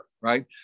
right